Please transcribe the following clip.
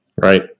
Right